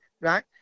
right